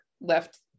left